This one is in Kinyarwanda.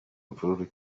imvururu